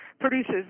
produces